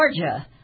Georgia